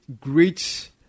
great